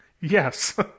Yes